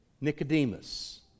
Nicodemus